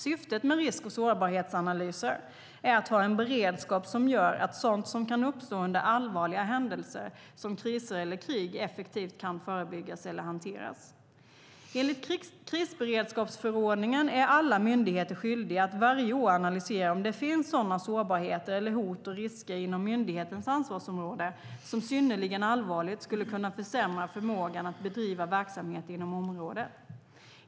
Syftet med risk och sårbarhetsanalyser är att ha en beredskap som gör att sådant som kan uppstå under allvarliga händelser, som kriser eller krig, effektivt kan förebyggas eller hanteras. Enligt krisberedskapsförordningen är alla myndigheter skyldiga att varje år analysera om det finns sådana sårbarheter eller hot och risker inom myndighetens ansvarsområde som synnerligen allvarligt skulle kunna försämra förmågan att bedriva verksamhet inom området.